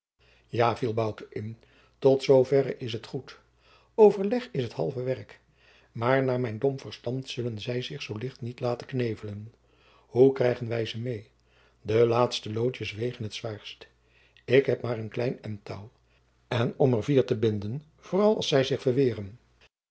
viel bouke in tot zoo verre is t goed overleg is t halve werk maar naar mijn dom verstand zullen zij zich zoo licht niet laten knevelen hoe krijgen wij ze meê de laatste loodjens wegen t zwaarst ik heb maar een klein end jacob van lennep de pleegzoon touw en om er vier te binden vooral als zij zich